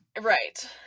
Right